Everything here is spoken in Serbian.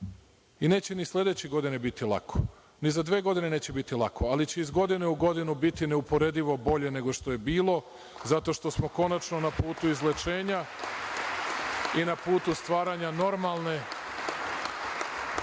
i neće ni sledeće godine biti lako, ni za dve godine neće biti lako, ali će iz godine u godinu biti neuporedivo bolje nego što je bilo zato što smo konačno na putu izlečenja i na putu stvaranja normalne